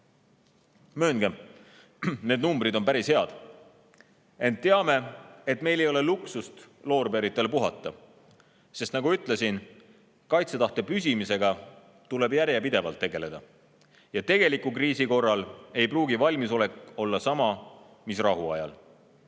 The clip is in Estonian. Mööngem: need numbrid on päris head. Ent teame, et meil ei ole luksust loorberitel puhata. Sest nagu ütlesin, kaitsetahte püsimisega tuleb järjepidevalt tegeleda. Ja tegeliku kriisi korral ei pruugi valmisolek olla sama mis rahuajal.